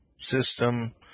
System